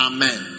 Amen